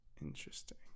interesting